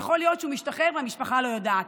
יכול להיות שהוא משתחרר, והמשפחה לא יודעת,